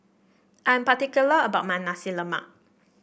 I'm particular about my Nasi Lemak